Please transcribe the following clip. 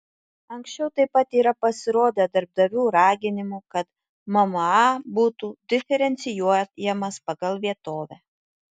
anksčiau taip pat yra pasirodę darbdavių raginimų kad mma būtų diferencijuojamas pagal vietovę